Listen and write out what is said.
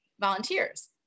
volunteers